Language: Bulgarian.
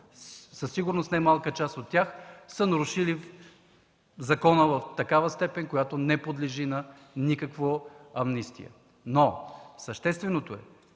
със сигурност не малка част от тях са нарушили закона в такава степен, която не подлежи на никаква амнистия. Но същественото е,